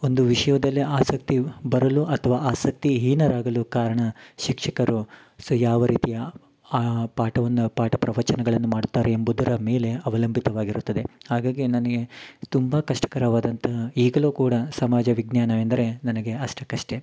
ಒಂದು ವಿಷಯದಲ್ಲಿ ಆಸಕ್ತಿ ಬರಲು ಅಥ್ವ ಆಸಕ್ತಿ ಹೀನರಾಗಲು ಕಾರಣ ಶಿಕ್ಷಕರು ಸೊ ಯಾವ ರೀತಿಯ ಪಾಠವನ್ನ ಪಾಠ ಪ್ರವಚನಗಳನ್ನ ಮಾಡ್ತಾರೆ ಎಂಬುದರ ಮೇಲೆ ಅವಲಂಬಿತವಾಗಿರುತ್ತದೆ ಹಾಗಾಗಿ ನನಗೆ ತುಂಬಾ ಕಷ್ಟಕರವಾದಂತಹ ಈಗಲೂ ಕೂಡ ಸಮಾಜ ವಿಜ್ಞಾನ ಎಂದರೆ ನನಗೆ ಅಷ್ಟಕ್ಕಷ್ಟೆ